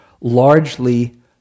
largely